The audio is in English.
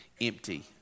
empty